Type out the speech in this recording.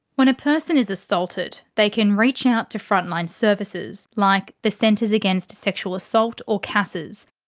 when a person is assaulted, they can reach out to frontline services. like the centres against sexual assault or casas.